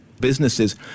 businesses